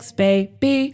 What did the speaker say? baby